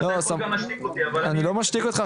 אתה כל פעם משתיק אותי אבל אני --- אני לא משתיק אותך,